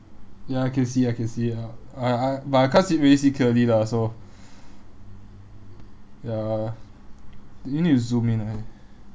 ya I can see I can see ah uh I but I can't see really see clearly lah so ya you need to zoom in eh